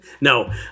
No